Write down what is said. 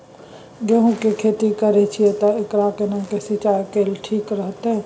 गेहूं की खेती करे छिये ते एकरा केना के सिंचाई कैल ठीक रहते?